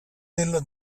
dello